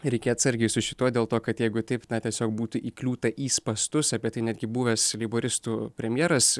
reikia atsargiai su šituo dėl to kad jeigu taip na tiesiog būtų įkliūta į spąstus apie tai netgi buvęs leiboristų premjeras